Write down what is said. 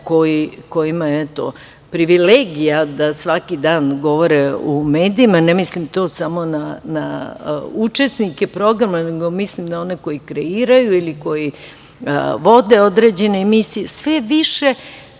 kojima je privilegija da svaki dan govore u medijima, ne mislim to samo na učesnike programa, nego mislim i na one koji kreiraju ili koji vode određene emisije, sve više